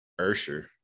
Ursher